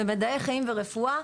ומדעי חיים ורפואה,